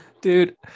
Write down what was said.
Dude